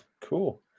Cool